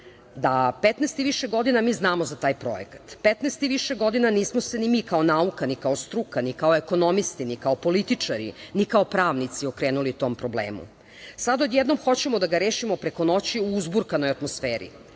da 15 i više godina mi znamo za taj projekat, 15 i više godina nismo se ni mi kao nauka, ni kao struka, ni kao ekonomisti, ni kao političari, ni kao pravnici okrenuli tom problemu. Sad odjednom hoćemo da ga rešimo preko noći u uzburkanoj atmosferi.